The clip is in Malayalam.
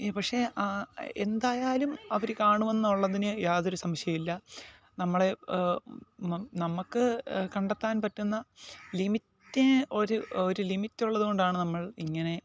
പക്ഷെ ആ എന്തായാലും അവർ കാണുമെന്നുള്ളതിന് യാതൊരു സംശയം ഇല്ല നമ്മളെ നമ്മൾക്ക് കണ്ടെത്താൻ പറ്റുന്ന ലിമിറ്റിന് ഒരു ഒരു ലിമിറ്റ് ഉള്ളതുകൊണ്ടാണ് നമ്മൾ ഇങ്ങനെ